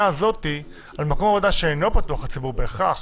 הזאת על מקום עבודה שאינו פתוח לציבור בהכרח